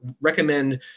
recommend